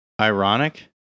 Ironic